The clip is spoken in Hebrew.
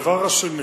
הדבר השני